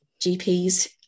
GPs